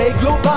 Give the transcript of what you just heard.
global